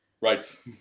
Right